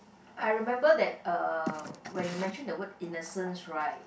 I remember that uh when you mention the word innocence right